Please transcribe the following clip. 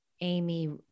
Amy